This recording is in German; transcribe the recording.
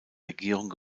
regierung